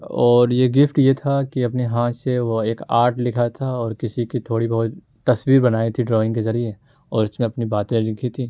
اور یہ گفٹ یہ تھا کہ اپنے ہاتھ سے وہ ایک آرٹ لکھا تھا اور کسی کی تھوڑی بہت تصویر بنائی تھی ڈرائنگ کے ذریعے اور اس میں اپنی باتیں لکھی تھیں